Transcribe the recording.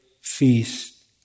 feast